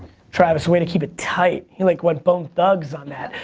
travis, way to keep it tight. he like went bone thugs on that.